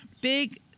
Big